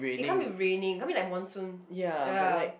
it can't be raining it can't be like monsoon